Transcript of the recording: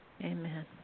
Amen